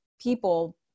people